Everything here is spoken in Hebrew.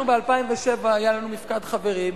ב-2007 היה לנו מפקד חברים,